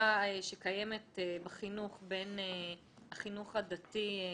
שקיימת בחינוך בין החינוך הדתי לחילוני,